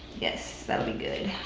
yes. that'll be good.